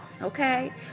okay